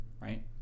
right